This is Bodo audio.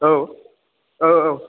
औ औ औ